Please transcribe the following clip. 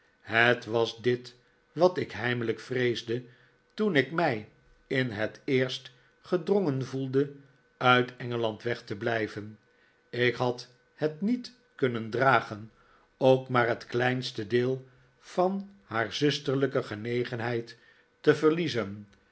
het was dit wat ik heimelijk vreesde toen ik mij in het eerst gedrongen voelde uit engeland weg te blijven ik had het niet kunnen dragen ook maar het kleinste deel van haar zusterlijke genegenheid te verliezen